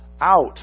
out